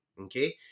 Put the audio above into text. okay